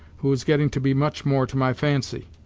who is getting to be much more to my fancy.